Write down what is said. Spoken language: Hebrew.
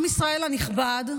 עם ישראל הנכבד,